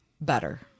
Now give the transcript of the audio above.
better